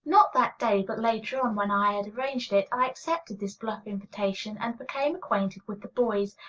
not that day, but later on, when i had arranged it. i accepted this bluff invitation and became acquainted with the boys,